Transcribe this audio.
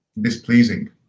displeasing